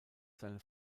seine